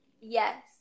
Yes